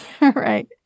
Right